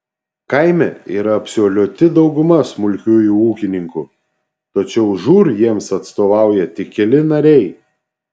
kaime yra absoliuti dauguma smulkiųjų ūkininkų tačiau žūr jiems atstovauja tik keli nariai